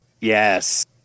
Yes